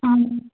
اہن